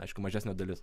aišku mažesnė dalis